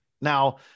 Now